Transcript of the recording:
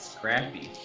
Scrappy